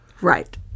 Right